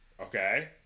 Okay